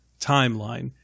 timeline